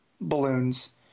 balloons